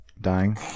Dying